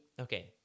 Okay